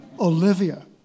Olivia